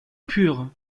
pur